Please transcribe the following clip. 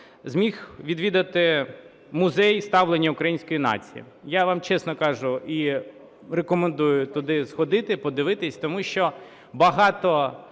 зміг відвідати Музей "Становлення української нації". Я вам чесно кажу і рекомендую туди сходити, подивитись. Тому що багато